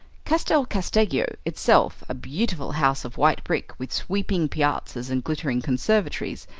castel casteggio itself, a beautiful house of white brick with sweeping piazzas and glittering conservatories,